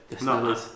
No